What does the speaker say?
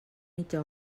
mitja